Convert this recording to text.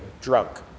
drunk